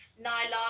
Nylon